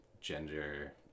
gender